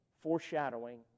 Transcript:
foreshadowing